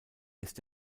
ist